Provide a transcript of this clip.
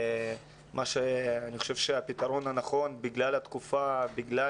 אני חושב שבגלל התקופה, בגלל